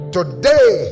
Today